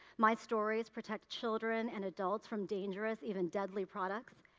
my stories protect children and adults from dangerous even deadly products.